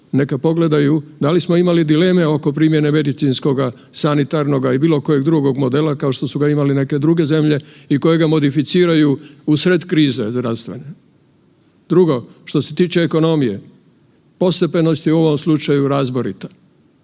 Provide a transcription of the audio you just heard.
neka pogledaju da li smo imali dileme oko primjene medicinskoga, sanitarnoga ili bilo kojeg drugog modela kao što su ga imale neke zemlje i kojega modificiraju u sred krize zdravstvene. Drugo, što se tiče ekonomije, postepenost je u ovom slučaju razborita.